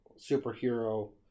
superhero